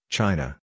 China